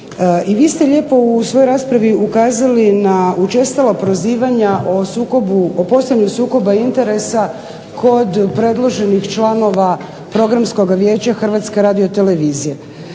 vi ste lijepo u svojoj raspravi ukazali na učestala prozivanja o postojanju sukoba interesa kod predloženih članova Programskoga vijeća Hrvatske radiotelevizije.